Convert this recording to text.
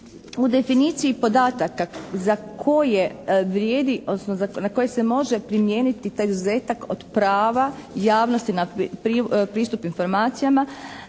koje vrijedi, odnosno na koje se može primijeniti taj izuzetak od prava javnosti na pristup informacijama